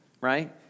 right